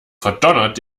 verdonnert